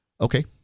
Okay